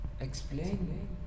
explain